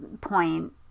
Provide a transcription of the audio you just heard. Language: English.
point